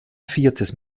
viertes